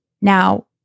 Now